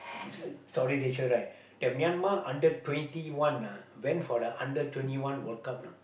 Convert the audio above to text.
Southeast-Asia right the Myanmar under twenty one ah went for the under twenty one World-Cup know